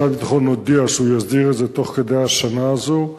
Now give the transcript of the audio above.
משרד הביטחון הודיע שהוא יודיע את זה תוך כדי השנה הזאת.